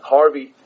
Harvey